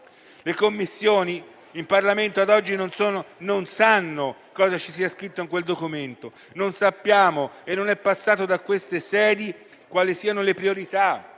Le Commissioni in Parlamento ad oggi non sanno cosa ci sia scritto in quel documento. Non sappiamo, perché il documento non è passato da queste sedi, quali siano le priorità,